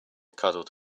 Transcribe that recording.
cuddled